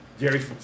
Jerry